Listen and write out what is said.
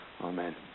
Amen